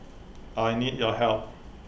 I need your help